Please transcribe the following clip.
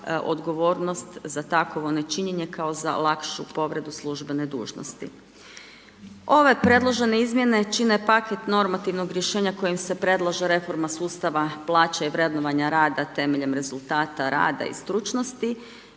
odgovornost za takvo nečinjenje, kao za lakšu povredu službene dužnosti. Ove predložene izmjene čine paket normativnog rješenja kojim se predlože reforme sustava plaće i vrednovanje rada temeljem rezultata rada i stručnosti